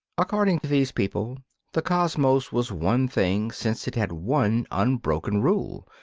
according to these people the cosmos was one thing since it had one unbroken rule.